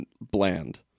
bland